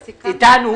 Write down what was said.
אתנו,